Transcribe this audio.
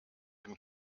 dem